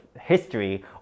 history